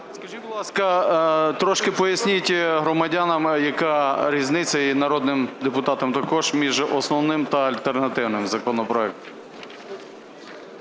Скажіть, будь ласка, трошки поясніть громадянам, яка різниця, і народним депутатам також, між основним та альтернативним законопроектом.